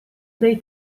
dei